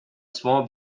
small